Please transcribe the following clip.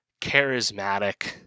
charismatic